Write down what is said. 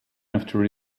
after